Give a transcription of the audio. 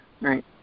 right